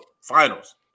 finals